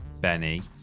benny